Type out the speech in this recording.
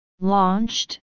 Launched